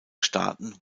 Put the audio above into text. staaten